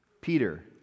Peter